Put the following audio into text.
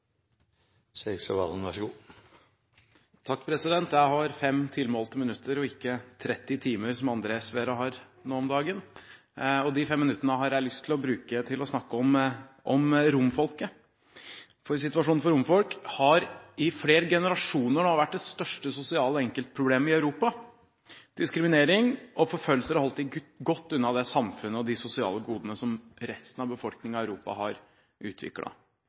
Jeg har 5 tilmålte minutter, og ikke 30 timer, som andre SV-ere har nå om dagen. De fem minuttene har jeg lyst til å bruke til å snakke om romfolket. For situasjonen for romfolk har i flere generasjoner nå vært det største sosiale enkeltproblemet i Europa. Diskriminering og forfølgelser har holdt dem godt unna det samfunnet og de sosiale godene som resten av befolkningen i Europa har